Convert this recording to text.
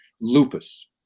lupus